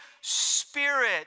Spirit